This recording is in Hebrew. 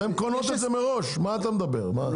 הן קונות מראש את הכל.